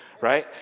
right